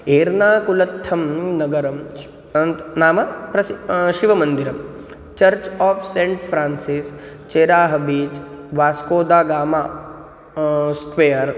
एर्नाकुलत्थं नगरं नाम प्रसिद्धं शिवमन्दिरं चर्च् आफ़् सेण्ट् फ़्रान्सिस् चेराह beach Vasco da Gama square